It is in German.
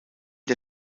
der